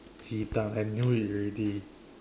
cheetah I knew it already